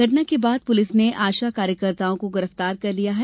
घटना के बाद पुलिस ने आशा कार्यकर्ताओं को गिरफतार कर लिया है